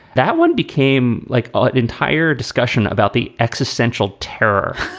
that one became like an entire discussion about the existential terror